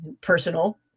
personal